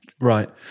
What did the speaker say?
right